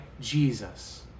Jesus